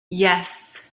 yes